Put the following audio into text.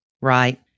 Right